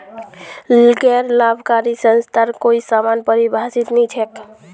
गैर लाभकारी संस्थार कोई समान परिभाषा नी छेक